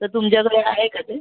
तर तुमच्याकडे आहे का ते